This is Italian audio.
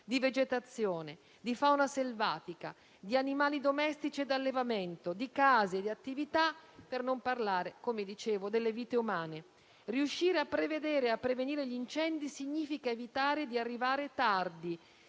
di vegetazione, di fauna selvatica, di animali domestici e da allevamento, di case, di attività, per non parlare delle vite umane. Riuscire a prevedere e a prevenire gli incendi significa evitare di arrivare tardi,